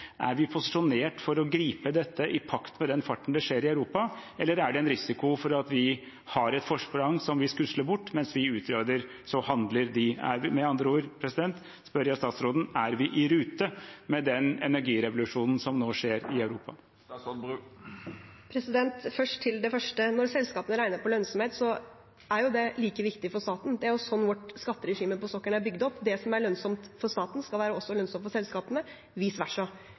Er vi posisjonert for å gripe dette i pakt med den farten det skjer i i Europa, eller er det en risiko for at vi har et forsprang som vi skusler bort – at mens vi utreder, så handler de? Med andre ord spør jeg statsråden: Er vi i rute med den energirevolusjonen som nå skjer i Europa? Først til det første: Når selskapene regner på lønnsomhet, er jo det like viktig for staten. Det er slik vårt skatteregime på sokkelen er bygd opp. Det som er lønnsomt for staten, skal være lønnsomt for selskapene – og vice versa.